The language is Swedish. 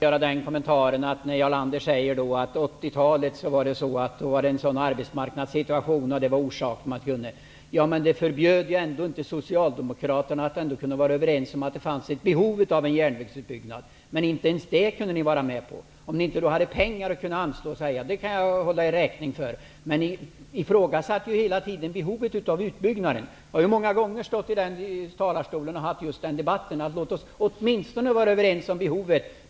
Fru talman! Jarl Lander säger att under 1980-talet var arbetsmarknadssituationen orsaken till att man inte kunde satsa på järvägarna. Men det förbjöd ändå inte Socialdemokraterna att vara överens med oss om att det fanns behov av en järnvägsutbyggnad. Men inte ens det kunde ni vara med på. Att ni inte hade pengar at anslå kan jag hålla er räkning för, men ni ifrågasatte hela tiden behovet av utbyggnaden. Jag har många gånger stått i den här talarstolen och fört just den debatten: Låt oss åtminstone vara överens om behovet.